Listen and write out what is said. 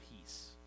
peace